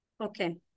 Okay